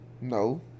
No